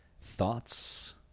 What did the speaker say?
thoughts